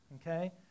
okay